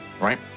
right